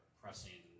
pressing